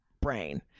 brain